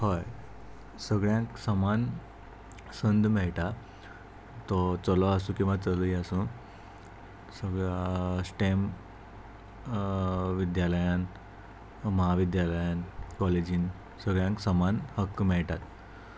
हय सगळ्यांक समान संद मेळटा तो चलो आसूं किंवां चलीय आसूं सगळ्या स्टेम विद्यालयान महाविद्यालयान कॉलेजीन सगळ्यांक समान हक्क मेळटात